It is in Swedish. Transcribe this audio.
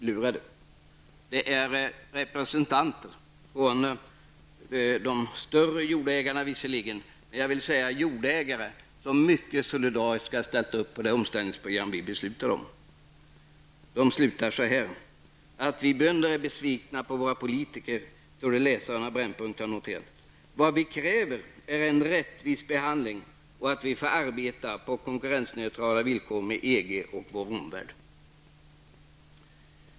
Detta uttalas av representanter för de större jordägarna, som solidariskt har ställt sig bakom det omställningsprogram som vi har beslutat om. Man avslutar sin artikel på följande sätt: ''Att vi bönder är besvikna på våra politiker torde läsaren av Brännpunkt ha noterat. Vad vi kräver är en rättvis behandling och att vi får arbeta på konkurrensneutrala villkor med EG och vår omvärld.''